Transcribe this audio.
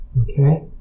Okay